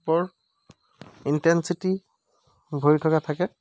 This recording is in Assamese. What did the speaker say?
বৰ ইন্টেনচছিটি ভৰি থকা থাকে